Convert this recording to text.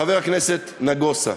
חבר הכנסת נגוסה.